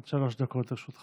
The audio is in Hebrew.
אדוני, עד שלוש דקות לרשותך.